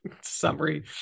summary